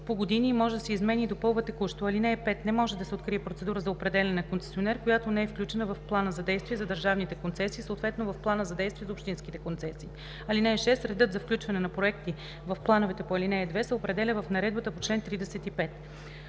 по години и може да се изменя и допълва текущо. (5) Не може да се открие процедура за определяне на концесионер, която не е включена в плана за действие за държавните концесии, съответно в плана за действие за общинските концесии. (6) Редът за включване на проекти в плановете по ал. 2 се определя в наредбата по чл. 35.“